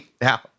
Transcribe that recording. now